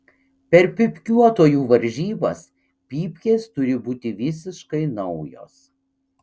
per pypkiuotojų varžybas pypkės turi būti visiškai naujos